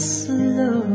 slow